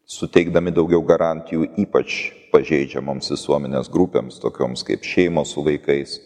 suteikdami daugiau garantijų ypač pažeidžiamoms visuomenės grupėms tokioms kaip šeimos su vaikais